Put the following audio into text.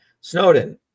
Snowden